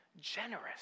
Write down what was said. generous